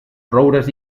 roures